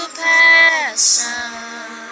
passion